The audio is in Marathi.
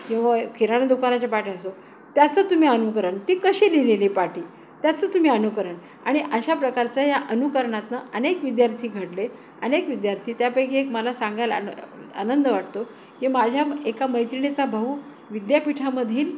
किंवा किराणा दुकानाच्या पाटी असो त्याचं तुम्ही अनुकरण ती कशी लिहिलेली पाटी त्याचं तुम्ही अनुकरण आणि अशा प्रकारच या अनुकरणातनं अनेक विद्यार्थी घडले अनेक विद्यार्थी त्यापैकी एक मला सांगायला अन आनंद वाटतो की माझ्या एका मैत्रिणीचा भाऊ विद्यापीठामधील